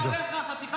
הוא חלל צה"ל.